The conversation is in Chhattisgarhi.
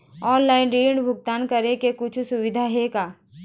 ऑनलाइन ऋण भुगतान करे के कुछू सुविधा हे का?